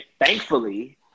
thankfully